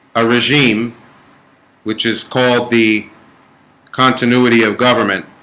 a regime which is called the continuity of government